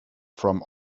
from